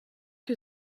que